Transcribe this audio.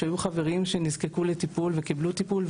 שהיו חברים שנזקקו לטיפול, וקיבלו טיפול.